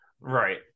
Right